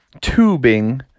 Tubing